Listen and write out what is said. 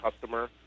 customer